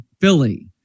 Philly